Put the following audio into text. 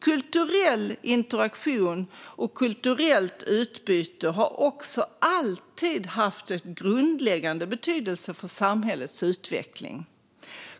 Kulturell interaktion och kulturellt utbyte har också alltid haft en grundläggande betydelse för samhällets utveckling.